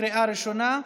לקריאה ראשונה.